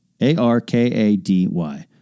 A-R-K-A-D-Y